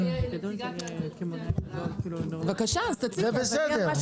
זה בסדר.